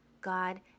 God